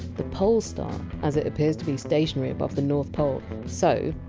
the pole star, as it appears to be stationary above the north pole. so,